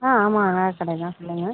ஆ ஆமாம் நகைக்கடை தான் சொல்லுங்கள்